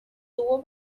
tuvo